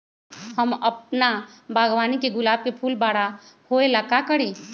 हम अपना बागवानी के गुलाब के फूल बारा होय ला का करी?